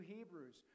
Hebrews